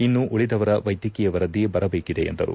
ಇನ್ನು ಉಳಿದವರ ವೈದ್ಯಕೀಯ ವರದಿ ಬರಬೇಕಿದೆ ಎಂದರು